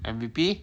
N_D_P